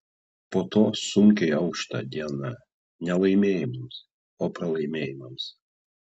po to sunkiai aušta diena ne laimėjimams o pralaimėjimams